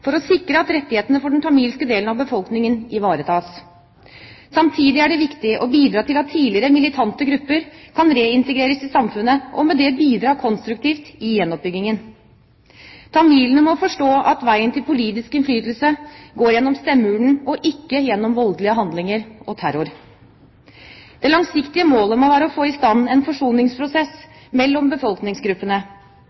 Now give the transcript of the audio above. for å sikre at rettighetene for den tamilske delen av befolkningen ivaretas. Samtidig er det viktig å bidra til at tidligere militante grupper kan reintegreres i samfunnet og med det bidra konstruktivt i gjenoppbyggingen. Tamilene må forstå at veien til politisk innflytelse går gjennom stemmeurnen, og ikke gjennom voldelige handlinger og terror. Det langsiktige målet må være å få i stand en forsoningsprosess